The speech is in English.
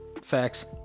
facts